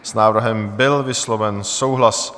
S návrhem byl vysloven souhlas.